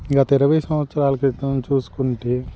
గత ఇరవై సంవత్సరాల క్రితం చూసుకుంటే